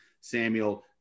Samuel